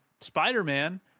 Spider-Man